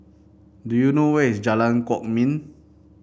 do you know where is Jalan Kwok Min